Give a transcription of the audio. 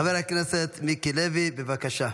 חבר הכנסת מיקי לוי, בבקשה.